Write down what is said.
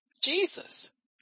Jesus